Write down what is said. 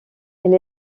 elle